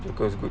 joker good